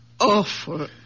awful